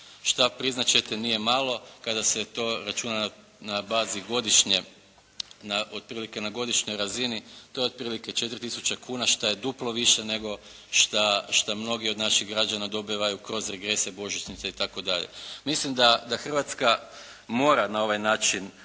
što priznat ćete nije malo kada se to računa na bazi godišnje, na godišnjoj razini to je otprilike 4 tisuće kuna što je duplo više nego što mnogi od naših građana dobivaju kroz regrese, božićnice itd. Mislim da Hrvatska mora na ovaj način